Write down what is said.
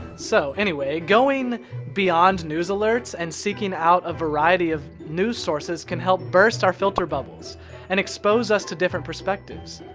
so, anyway, going beyond news alerts and seeking out a variety of news sources can help burst our filter bubbles and expose us to different perspectives.